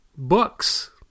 Books